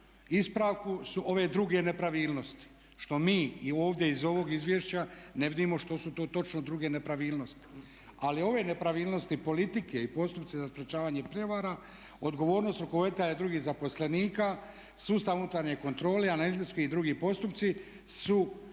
ispravku su ove druge nepravilnosti što mi i ovdje iz ovog izvješća ne vidimo što su to točno druge nepravilnosti ali ove nepravilnosti politike i postupci za sprječavanje prijevara, odgovornost rukovoditelja i drugih zaposlenika, sustav unutarnje kontrole, analitički i drugi postupci su